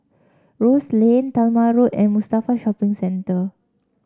Rose Lane Talma Road and Mustafa Shopping Centre